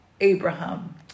Abraham